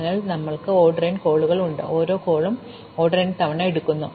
അതിനാൽ ഞങ്ങൾക്ക് order n കോളുകൾ ഉണ്ട് ഓരോ കോളും ഓർഡർ n തവണ എടുക്കുന്നു